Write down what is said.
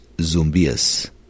Zombies